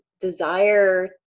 desire